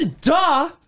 Duh